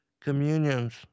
communions